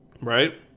right